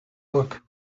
book